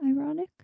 Ironic